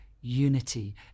unity